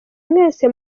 mwese